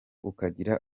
ukagira